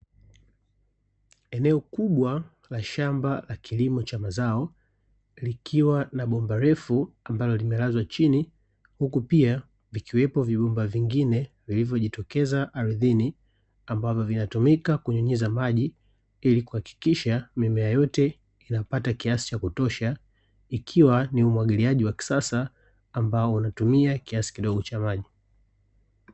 Eneo kubwa la shamba la kilimo cha mazao likiwa na bomba refu ambalo limelazwa chini huku pia vikiwepo vibomba vyengine vilivyojitokeza ardhini, ambavyo vinatumika kunyunyiza maji ili kuhakikisha mimea yote inapata kiasi cha kutosha. Ikiwa ni umwagiliaji wa kisasa ambao unatumia kiasi kidogo cha maji.